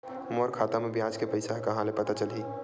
मोर खाता म ब्याज के पईसा ह कहां ले पता चलही?